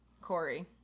Corey